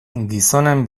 gizonen